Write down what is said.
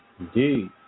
Indeed